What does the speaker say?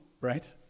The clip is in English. right